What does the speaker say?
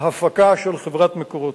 בהפקה של חברת "מקורות".